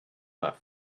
left